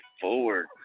forward